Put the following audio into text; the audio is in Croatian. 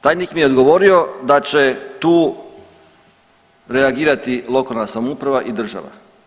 Tajnik mi je odgovorio da će tu reagirati lokalna samouprava i država.